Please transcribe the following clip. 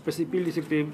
pasipildys tiktai